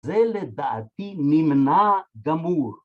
זה לדעתי נמנע גמור